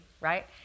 right